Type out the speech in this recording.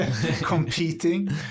competing